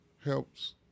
helps